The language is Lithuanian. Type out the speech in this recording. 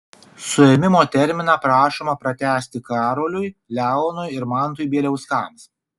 suėmimo terminą prašoma pratęsti karoliui leonui ir mantui bieliauskams